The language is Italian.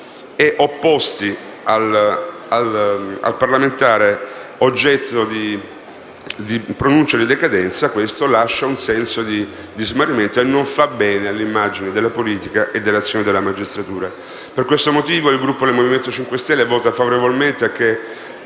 e opposti al parlamentare oggetto di pronuncia di decadenza. Ciò - ripeto - determina un senso di smarrimento e non giova all'immagine della politica e all'azione della magistratura. Per questo motivo, il Gruppo del Movimento 5 Stelle voterà a favore della